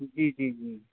جی جی جی